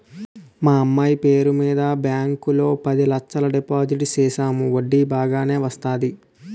మా అమ్మాయి పేరు మీద బ్యాంకు లో పది లచ్చలు డిపోజిట్ సేసాము వడ్డీ బాగానే వత్తాది